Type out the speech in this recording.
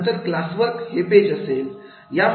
नंतर class work हे page असेल